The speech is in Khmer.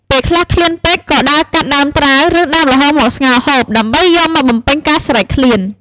ពេលខ្លះឃ្លានពេកក៏កាត់ដើមត្រាវ ឬដើមល្ហុងមកស្ងោរហូប ដើម្បីយកមកបំពេញការស្រែកឃ្លាន។